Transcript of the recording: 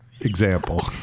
example